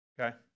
okay